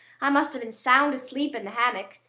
i must have been sound asleep in the hammock.